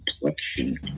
complexion